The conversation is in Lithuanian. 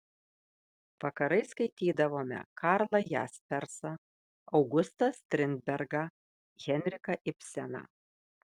vakarais skaitydavome karlą jaspersą augustą strindbergą henriką ibseną